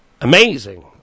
amazing